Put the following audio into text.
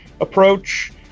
approach